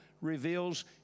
reveals